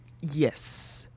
yes